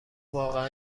واقعا